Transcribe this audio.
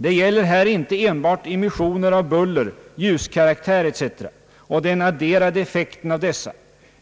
Det gäller här inte enbart immissioner av buller-, ljuskaraktär etc. och den adderade effekten av dessa